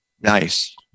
Nice